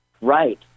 Right